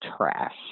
trash